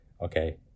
Okay